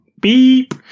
beep